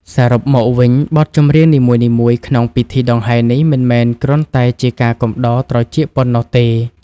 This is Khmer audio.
សរុបមកវិញ បទចម្រៀងនីមួយៗក្នុងពិធីដង្ហែនេះ មិនមែនគ្រាន់តែជាការកំដរត្រចៀកប៉ុណ្ណោះទេ